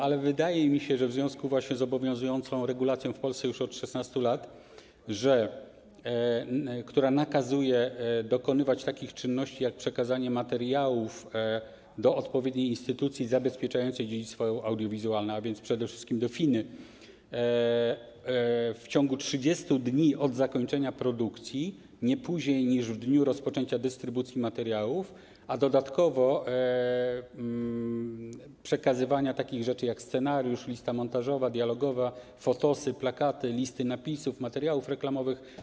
Ale wydaje mi się, że w związku z obowiązującą w Polsce już od 16 lat regulacją, która nakazuje dokonywać takich czynności jak przekazanie materiałów do odpowiedniej instytucji zabezpieczającej dziedzictwo audiowizualne, a więc przede wszystkim do FINA, w ciągu 30 dni od zakończenia produkcji, nie później niż w dniu rozpoczęcia dystrybucji materiałów, a dodatkowo przekazywanie takich rzeczy jak scenariusz, lista montażowa, dialogowa, fotosy, plakaty, listy napisów, materiały reklamowe.